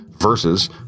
versus